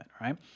right